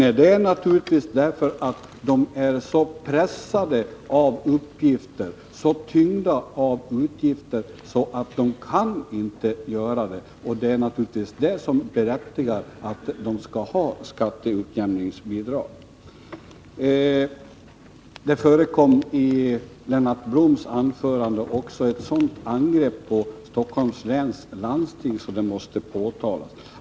Nej, det är naturligtvis därför att kommunerna är så pressade av uppgifter, så tyngda av utgifter att de inte kan göra något sådant. Det är självfallet detta som berättigar dem att få skatteutjämningsbidrag. I Lennart Bloms anförande förekom ett sådant angrepp på Stockholms läns landsting. Därför måste detta påpekas.